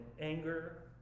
anger